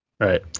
Right